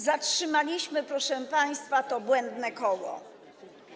Zatrzymaliśmy, proszę państwa, to błędne koło.